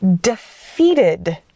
defeated